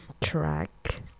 track